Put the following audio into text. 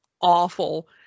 awful